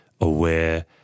aware